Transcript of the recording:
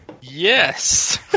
Yes